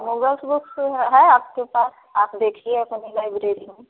novels book है आपके पास आप देखिए अपनी लाइब्रेरी में